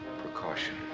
precaution